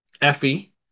Effie